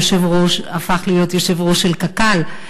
היושב-ראש הפך להיות יושב-ראש של קק"ל,